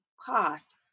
cost